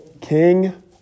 King